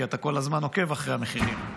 כי אתה כל הזמן עוקב אחרי המחירים.